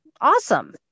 awesome